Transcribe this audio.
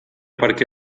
perquè